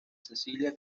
cecilia